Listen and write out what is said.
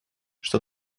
что